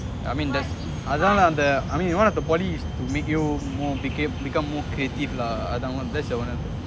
I mean there அதனால அந்த:athanala antha I mean one of the motives is to make you more crea~ become creative lah